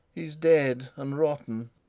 he's dead and rotten.